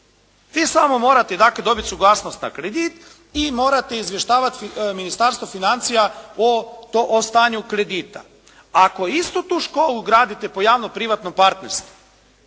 Vi samo morate dakle dobiti suglasnost na kredit i morate izvještavati Ministarstvo financija o stanju kredita. Ako istu tu školu gradite po javno-privatnom partnerstvu,